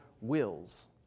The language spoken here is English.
wills